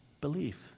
belief